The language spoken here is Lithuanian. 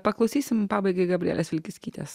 paklausysim pabaigai gabrielės vilkickytės